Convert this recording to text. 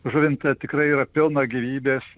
žuvinto tikrai yra pilna gyvybės